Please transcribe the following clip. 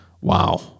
Wow